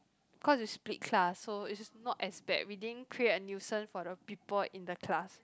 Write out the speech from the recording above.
cause we split class so which is not as bad we didn't create a nuisance for the people in the class